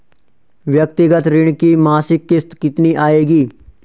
व्यक्तिगत ऋण की मासिक किश्त कितनी आएगी?